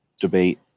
debate